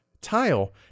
tile